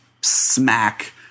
smack